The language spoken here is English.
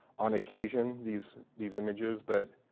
on occasion, these these images, but